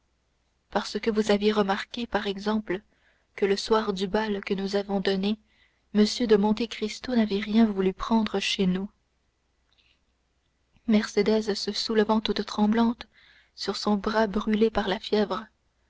parce que vous aviez remarqué par exemple que le soir du bal que nous avons donné m de monte cristo n'avait rien voulu prendre chez nous mercédès se soulevant toute tremblante sur son bras brûlé par la fièvre